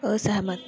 असैह्मत